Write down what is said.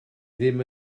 ddim